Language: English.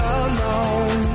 alone